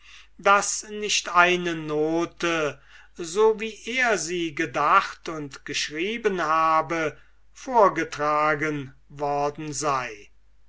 daß nicht eine note so wie er sie gedacht und geschrieben habe vorgetragen worden sei